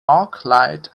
arclight